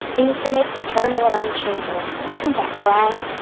infinite, eternal and unchangeable isn't that grand?